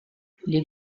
les